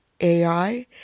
AI